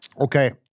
Okay